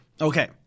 Okay